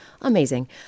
Amazing